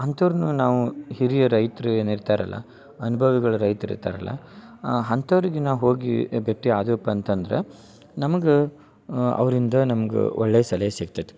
ಅಂತವರನ್ನ ನಾವು ಹಿರಿಯ ರೈತ್ರು ಏನು ಇರ್ತಾರಲ್ಲ ಅನ್ಭವಿಗಳು ರೈತ್ರು ಇರ್ತಾರಲ್ಲ ಅಂಥವ್ರಿಗಿ ನಾವು ಹೋಗಿ ಭೇಟಿ ಆದೇವಪ್ಪ ಅಂತಂದ್ರ ನಮ್ಗ ಅವರಿಂದ ನಮ್ಗ ಒಳ್ಳೆಯ ಸಲಹೆ ಸಿಗ್ತತಿ